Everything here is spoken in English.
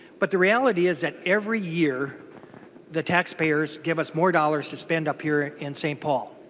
but the reality is that every year the taxpayers give us more dollars to spend appear in st. paul.